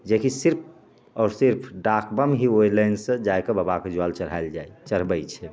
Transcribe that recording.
जेकि सिर्फ आओर सिर्फ डाकबम ही ओहि लाइनसँ जा कऽ बाबाके जल चढ़ाएल जाइ चढ़बैत छै